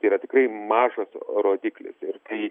tai yra tikrai mažas rodiklis ir tai